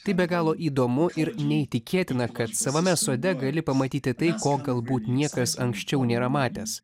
tai be galo įdomu ir neįtikėtina kad savame sode gali pamatyti tai ko galbūt niekas anksčiau nėra matęs